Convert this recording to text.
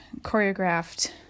choreographed